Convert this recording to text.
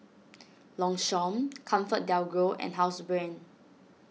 Longchamp ComfortDelGro and Housebrand